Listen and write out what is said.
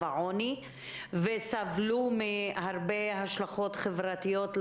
העוני וכשלמצב האקונומי שלהן יש הרבה השלכות חברתיות.